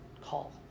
call